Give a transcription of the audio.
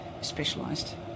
specialised